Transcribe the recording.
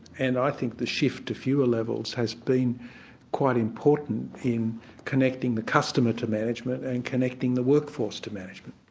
and i think the shift to fewer levels has been quite important in connecting the customer to management and connecting the workforce to management.